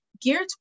geared